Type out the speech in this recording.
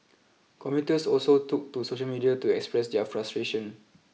commuters also took to social media to express their frustration